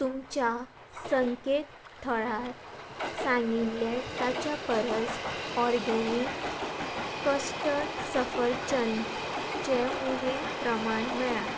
तुमच्या संकेत थळार सांगिल्लें ताच्या परस ऑर्गेनीक कस्टर्ड सफरचंदचें उणें प्रमाण मेळ्ळां